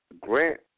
grant